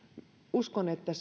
uskon että